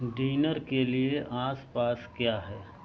dinner के लिए आस पास क्या है